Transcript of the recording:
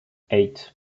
eight